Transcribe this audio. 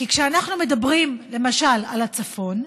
כי כשאנחנו מדברים למשל על הצפון,